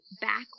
back